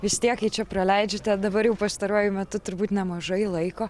vis tiek jei čia praleidžiate dabar jau pastaruoju metu turbūt nemažai laiko